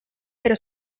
però